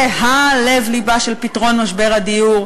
זה לב-לבו של פתרון משבר הדיור.